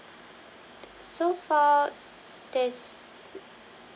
so far there's